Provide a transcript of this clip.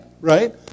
right